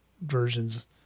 versions